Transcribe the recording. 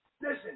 Listen